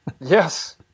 Yes